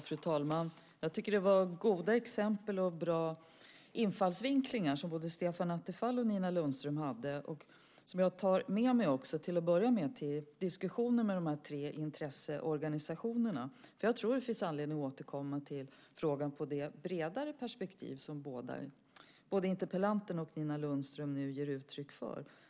Fru talman! Jag tycker att både Stefan Attefall och Nina Lundström hade goda exempel och bra infallsvinklar som jag till att börja med tar med mig till diskussionen med de tre intresseorganisationerna, för jag tror att det finns anledning att återkomma till frågan utifrån det bredare perspektiv som både interpellanten och Nina Lundström nu ger uttryck för.